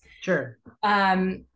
Sure